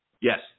Yes